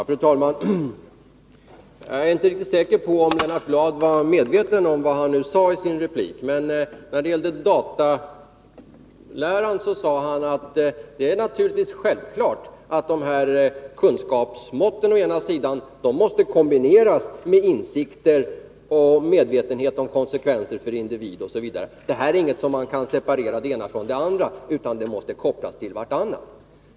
Fru talman! Jag är inte riktigt säker på om Lennart Bladh är medveten om vad han nu sade i sin replik. När det gällde dataläran sade han att det naturligtvis är självklart att de här kunskapsmåtten måste kombineras med insikter och medvetenhet om konsekvenser för individ osv. — man kan inte här separera det ena från det andra, utan de måste kopplas till varandra.